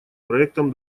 проектом